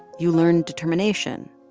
you learned determination.